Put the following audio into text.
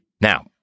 now